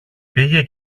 πήγε